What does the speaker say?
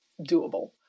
doable